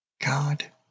God